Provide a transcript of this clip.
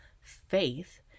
faith